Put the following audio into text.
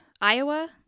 Iowa